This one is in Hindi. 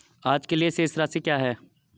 आज के लिए शेष राशि क्या है?